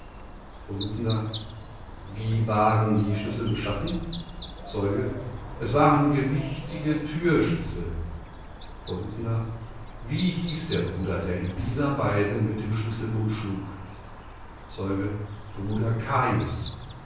vors wie waren die schlüssel beschaffen zeuge es waren gewichtige türschlüssel vors wie hieß der bruder der in dieser weise mit dem schlüsselbund schlug zeuge bruder cajus